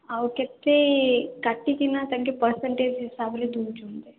ଆଉ କେତେ କାଟିକି ନା ତାଙ୍କେ ପରସେଣ୍ଟଜ୍ ହିସାବରେ ଦେଉଛନ୍ତି